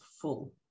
full